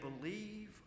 believe